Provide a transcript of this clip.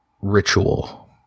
ritual